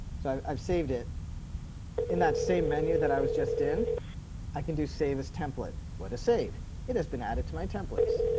so i've saved it in that same menu that i was just in i can do save as template. what a save it has been added to my templates.